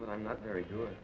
but i'm not very good